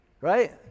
right